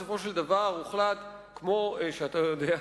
בסופו של דבר הוחלט, כמו שאתה יודע,